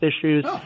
issues